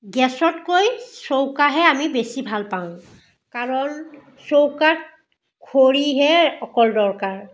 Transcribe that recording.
গেছতকৈ চৌকাহে আমি বেছি ভাল পাওঁ কাৰণ চৌকাত খৰিহে অকল দৰকাৰ